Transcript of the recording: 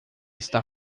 está